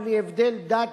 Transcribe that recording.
בלי הבדל דת,